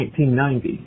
1990